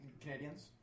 Canadians